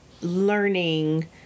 learning